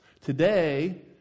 Today